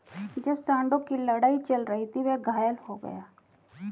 जब सांडों की लड़ाई चल रही थी, वह घायल हो गया